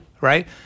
right